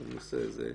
בנושא הזה.